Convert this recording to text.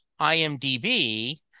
IMDb